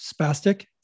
spastic